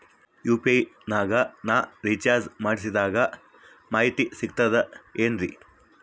UPI ನಾಗ ನಾ recharge ಮಾಡಿಸಿದ ಮಾಹಿತಿ ಸಿಕ್ತದೆ ಏನ್ರಿ?